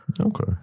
Okay